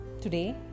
Today